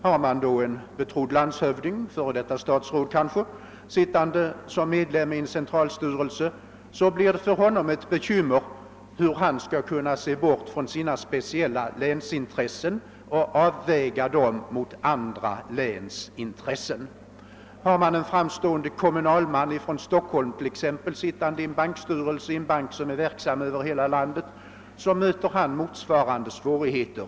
Har man då en betrodd landshövding sittande som medlem i en centralstyrelse blir det för honom ett bekymmer hur han skall kunna se bort från sina speciella länsintressen och avväga dem mot andra läns intressen. Har man en framstående kommunalman från Stockholm sittande i en styrelse i en bank som är verksam över hela landet möter han motsvarande svårigheter.